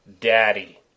Daddy